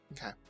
Okay